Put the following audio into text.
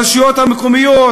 ברשויות המקומיות,